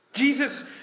Jesus